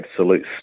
absolute